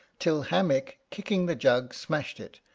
till hammick kicking the jug, smashed it,